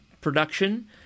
production